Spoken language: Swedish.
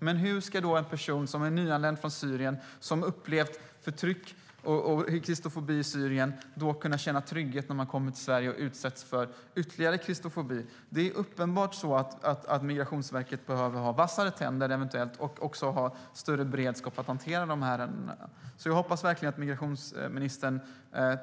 Men hur ska en person som är nyanländ från Syrien och som har upplevt förtryck och kristofobi i Syrien kunna känna trygghet när man kommer till Sverige och utsätts för ytterligare kristofobi? Migrationsverket behöver uppenbarligen vassare tänder och även större beredskap för att hantera dessa ärenden. Jag hoppas verkligen att migrationsministern